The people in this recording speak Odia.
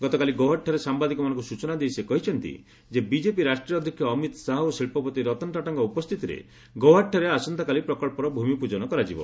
ଗତକାଲି ଗୌହାଟିଠାରେ ସାମ୍ବାଦିକମାନଙ୍କୁ ସୂଚନା ଦେଇ ସେ କହିଛନ୍ତି ଯେ ବିଜେପି ରାଷ୍ଟ୍ରୀୟ ଅଧ୍ୟକ୍ଷ ଅମିତ ଶାହା ଓ ଶିଳ୍ପପତି ରତନଟାଟାଙ୍କ ଉପସ୍ଥିତିରେ ଗୌହାଟିଠାରେ ଆସନ୍ତାକାଲି ପ୍ରକଳ୍ପର ଭୂମିପ୍ରଜନ କରାଯିବ